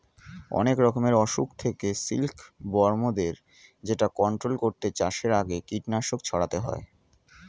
অনেক রকমের অসুখ থেকে সিল্ক বর্মদের যেটা কন্ট্রোল করতে চাষের আগে কীটনাশক ছড়াতে হয়